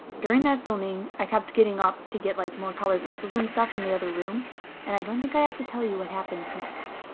during that filming i kept getting up to get like more colored pencils and stuff from the other room and i don't think i have to tell you what happens next.